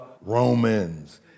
Romans